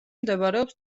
მდებარეობს